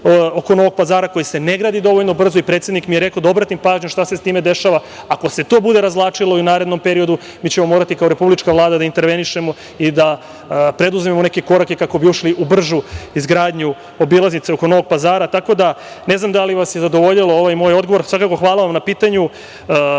oko Novog Pazara koja se ne gradi dovoljno brzo i predsednik mi je rekao da obratim pažnju šta se sa tim dešava. Ako se to bude razvlačilo i u narednom periodu mi ćemo morati kao republička Vlada da intervenišemo i da preduzmemo neke korake kako bi ušli u bržu izgradnju obilaznice oko Novog Pazara. Ne znam da li vas je zadovoljio ovaj moj odgovor. Svakako hvala vam na pitanju.